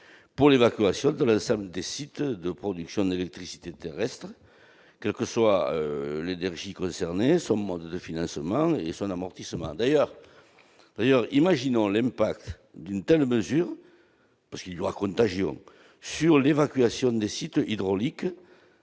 pour l'évacuation de l'ensemble des sites de production d'électricité terrestre, quels que soient l'énergie concernée, son mode de financement et son amortissement. Imaginons l'incidence d'une telle mesure- parce qu'il y aura bien contagion -pour l'évacuation des sites de